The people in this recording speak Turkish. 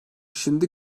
şimdi